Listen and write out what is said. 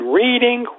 reading